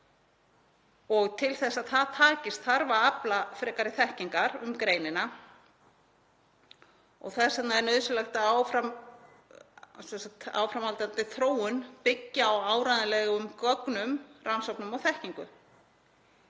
Til þess að það takist þarf að afla frekari þekkingar um greinina. Þess vegna er nauðsynlegt að áframhaldandi þróun byggi á áreiðanlegum gögnum, rannsóknum og þekkingu.